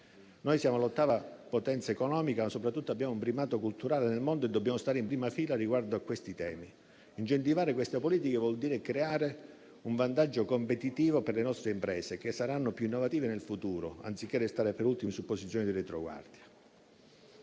Noi siamo l'ottava potenza economica, ma soprattutto abbiamo un primato culturale nel mondo e dobbiamo stare in prima fila riguardo a questi temi. Incentivare queste politiche vuol dire creare un vantaggio competitivo per le nostre imprese, che saranno più innovative nel futuro, anziché restare per ultime su posizioni di retroguardia.